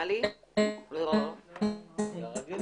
הסדר קיים.